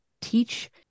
teach